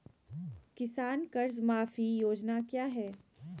किसान कर्ज माफी योजना क्या है?